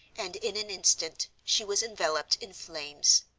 and in an instant she was enveloped in flames.